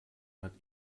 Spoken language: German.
hat